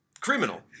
criminal